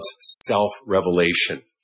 self-revelation